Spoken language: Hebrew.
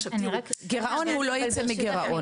עכשיו תראו -- גרעון הוא לא יצא מגרעון.